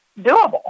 doable